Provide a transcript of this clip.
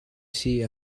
see